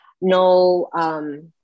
No